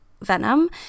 venom